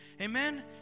amen